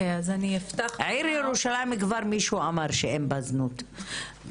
העיר ירושלים מישהו כבר אמר שאין בה זנות,